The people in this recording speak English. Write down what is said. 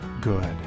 good